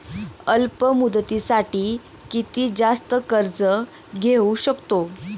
अल्प मुदतीसाठी किती जास्त कर्ज घेऊ शकतो?